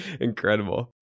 Incredible